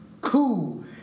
Cool